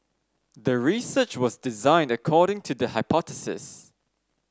the research was designed according to the hypothesis